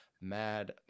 mad